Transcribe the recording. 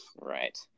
Right